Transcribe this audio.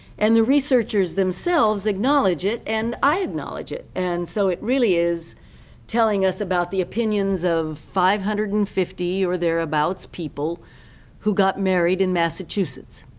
and the researchers themselves acknowledge it and i acknowledge it. and so it really is telling us about the opinions of five hundred and fifty, or thereabouts, people who got married in massachusetts.